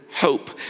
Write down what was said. hope